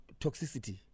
toxicity